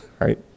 right